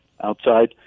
outside